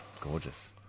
Gorgeous